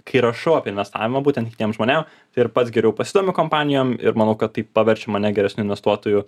kai rašau apie investavimą būtent kitiem žmonėm tai ir pats geriau pasidomiu kompanijom ir manau kad tai paverčia mane geresniu investuotoju